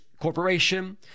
corporation